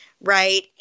right